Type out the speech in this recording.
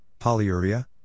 polyuria